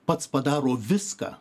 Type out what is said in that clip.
pats padaro viską